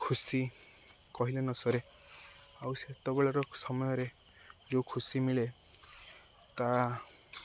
ଖୁସି କହିଲେ ନ ସରେ ଆଉ ସେତେବେଳର ସମୟରେ ଯେଉଁ ଖୁସି ମିଳେ ତାହା